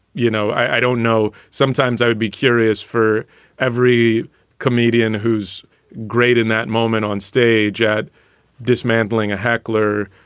you know, i don't know. sometimes i would be curious for every comedian who's great in that moment onstage at dismantling a heckler.